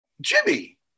Jimmy